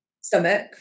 stomach